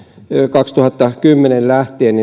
kaksituhattakymmenen lähtien